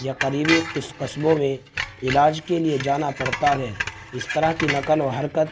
یا قریبی کس قصبوں میں علاج کے لیے جانا پڑتا ہے اس طرح کی نقل و حرکت